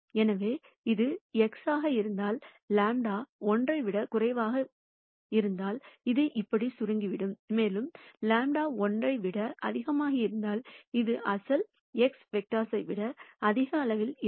எனவே இது x ஆக இருந்தால் λ 1 ஐ விடக் குறைவாக இருந்தால் இது இப்படி சுருங்கிவிடும் மேலும் λ 1 ஐ விட அதிகமாக இருந்தால் அது அசல் x வெக்டர்ஸ் விட அதிக அளவில் இருக்கும்